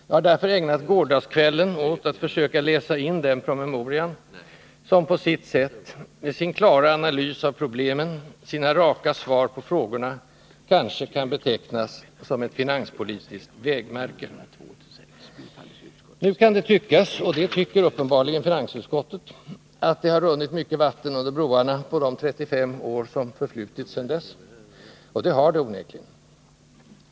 Jag har därför ägnat gårdagskvällen åt att försöka läsa in den promemorian, som på sitt sätt, med sin klara analys av problemen och sina raka svar på frågorna, kanske kan betecknas som ett finanspolitiskt ”vägmärke”. Nu kan det tyckas — och det tycker uppenbarligen finansutskottet — att det har runnit mycket vatten under broarna på de 35 år som förflutit sedan dess, och det har det onekligen.